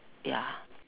ya